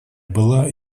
была